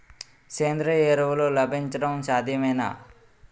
సేంద్రీయ ఎరువులు లభించడం సాధ్యమేనా?